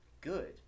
Good